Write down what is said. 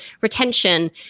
retention